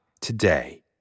today